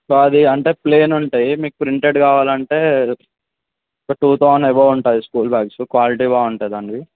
so అది అంతా plain ఉంటాయి మీకు ప్రింటెడ్ కావాలి అంటే ఒక టూ థౌసండ్ ఎబౌవ్ ఉంటుంది స్కూల్ బ్యాగ్సు క్వాలిటీ బాగుంటుంది అండి